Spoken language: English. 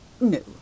no